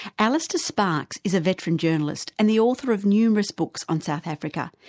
alistair sparks is a veteran journalist and the author of numerous books on south africa,